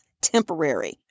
temporary